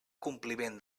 compliment